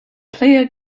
player